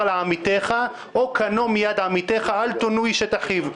לעמיתיך או קנֹה מיד עמיתֵך אל תונוּ איש את אחיו".